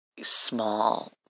small